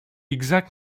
exact